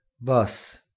bus